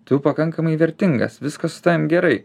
tu jau pakankamai vertingas viskas su tavim gerai